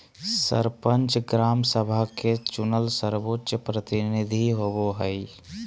सरपंच, ग्राम सभा के चुनल सर्वोच्च प्रतिनिधि होबो हइ